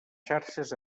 xarxes